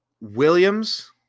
Williams